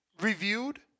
reviewed